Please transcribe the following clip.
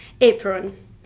apron